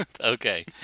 Okay